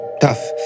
tough